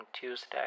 Tuesday